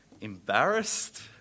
Embarrassed